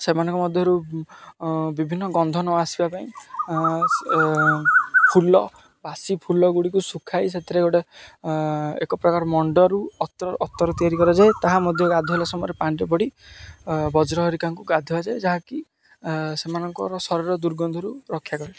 ସେମାନଙ୍କ ମଧ୍ୟରୁ ବିଭିନ୍ନ ଗନ୍ଧ ନଆସିବା ପାଇଁ ଫୁଲ ବାସି ଫୁଲଗୁଡ଼ିକୁ ଶୁଖାଇ ସେଥିରେ ଗୋଟେ ଏକ ପ୍ରକାର ମଣ୍ଡରୁ ଅତର ତିଆରି କରାଯାଏ ତାହା ମଧ୍ୟ ଗାଧୋଇଲା ସମୟରେ ପାଣିରେ ପଡ଼ି ବଜ୍ର ହରିକାଙ୍କୁ ଗାଧୁଆଯାଏ ଯାହାକି ସେମାନଙ୍କର ଶରୀର ଦୁର୍ଗନ୍ଧରୁ ରକ୍ଷା କରେ